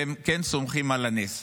והם כן סומכים על הנס.